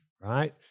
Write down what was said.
right